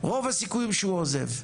רוב הסיכויים שהוא עוזב.